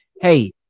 Hey